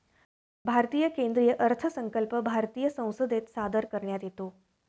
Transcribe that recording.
भारतीय केंद्रीय अर्थसंकल्प भारतीय संसदेत सादर करण्यात येतो